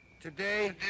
Today